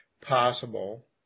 possible